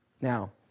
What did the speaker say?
Now